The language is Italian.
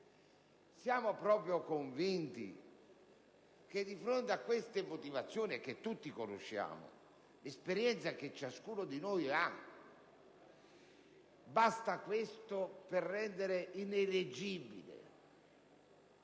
siamo proprio convinti che, di fronte a queste motivazioni, che tutti conoscono per l'esperienza maturata da ciascuno di noi, basta questo per rendere ineleggibile